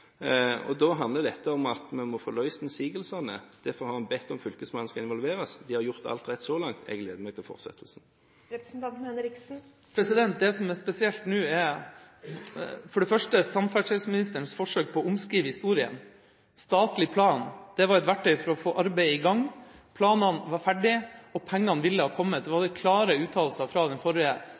handler dette om at vi må få løst innsigelsene. Derfor har en bedt om at Fylkesmannen skal involveres. De har gjort alt rett så langt. Jeg gleder meg til fortsettelsen. Det som er spesielt nå, er for det første samferdselsministerens forsøk på å omskrive historien. Statlig plan var et verktøy for å få arbeidet i gang. Planene var ferdige, og pengene ville kommet. Det var det klare uttalelser om fra den forrige